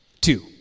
Two